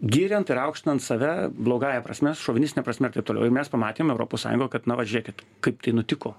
giriant ir aukštinant save blogąja prasme šovinistine prasme ir taip toliau ir mes pamatėm europos sąjungoj kad na vat žiūrėkit kaip tai nutiko